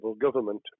government